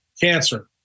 Cancer